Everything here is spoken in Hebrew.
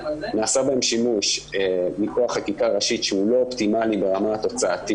נעשה בהם שימוש מכוח חקיקה ראשית שהוא לא אופטימלי ברמת התוצאה,